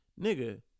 nigga